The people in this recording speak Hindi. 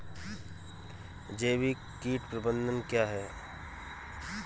जैविक कीट प्रबंधन क्या है?